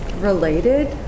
related